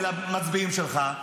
ועל המצביעים שלך,